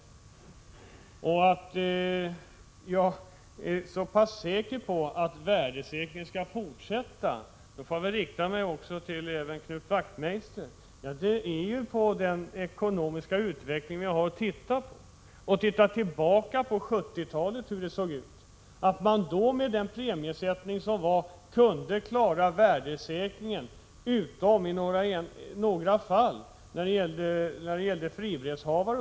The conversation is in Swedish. Anledningen till att jag är så säker på att värdesäkringen skall fortsätta är den ekonomiska utveckling som råder. Se tillbaka på 1970-talet! Med den premiesättning man då hade kunde man klara värdesäkringen utom i några fall, t.ex. när det gällde fribrevsinnehavare.